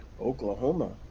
Oklahoma